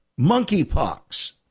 monkeypox